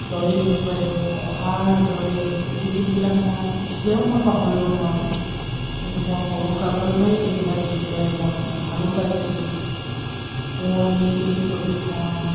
ডলী ঘোষ বাইদেউ অহাৰ দৰে এই গীতবিলাক মই এতিয়াও মই পাহৰিব নোৱাৰোঁ কিন্তু মই সৰু কালৰ পৰাই এইবিলাক গীত গাই মই ভালো পাইছিলোঁ কুঁৱলীৰ এই ছবিখন